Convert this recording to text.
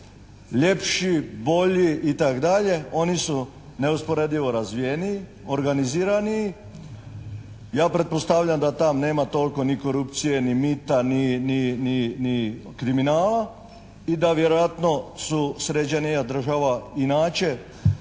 ljepši, bolji i tako dalje oni su neusporedivo razvijeniji, organiziraniji. Ja pretpostavljam da tamo nema toliko ni korupcije ni mita ni kriminala i da vjerojatno su sređenija država inače